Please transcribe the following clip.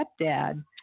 stepdad